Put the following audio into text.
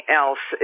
else